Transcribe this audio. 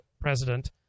president